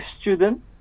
student